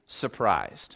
surprised